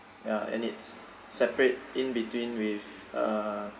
ya and it's separate in between with uh